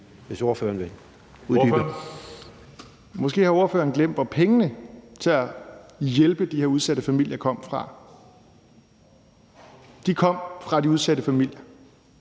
Pelle Dragsted (EL): Måske har spørgeren glemt, hvor pengene til at hjælpe de her udsatte familier kom fra. De kom fra de udsatte familier.